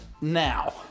now